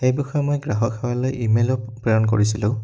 সেই বিষয়ে মই গ্ৰাহকসেৱালৈ ইমেইলো প্ৰেৰণ কৰিছিলোঁ